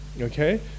okay